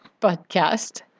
podcast